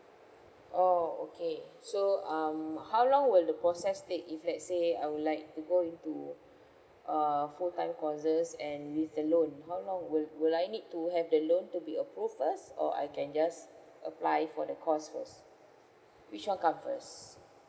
oh okay so um how long will the process take if let's say I would like to go into err full time courses and with the loan how long will will I need to have the loan to be approved first or I can just apply for the course first which one comes first